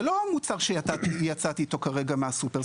זה לא מוצר שיצאתי איתו כרגע מהסופר.